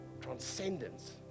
transcendence